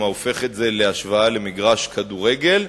עושה השוואה למגרש כדורגל,